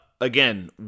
again